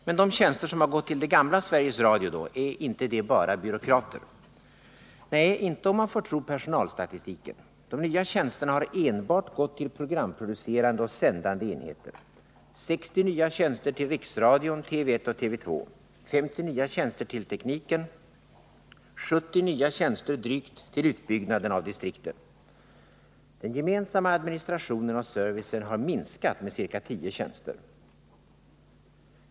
Men de tjänster som gått till ”gamla” Sveriges Radio då — är inte det bara byråkrater? Nej, inte om man får tro personalstatistiken. De nya tjänsterna har enbart gått till programproducerande och sändande enheter: 60 nya tjänster har gått till riksradion, TV 1 och TV 2, 50 nya tjänster har gått till tekniken, 70 nya tjänster — drygt — har gått till utbyggnaden av distrikten. Den gemensamma administrationen och servicen har minskat med ca 10 tjänster.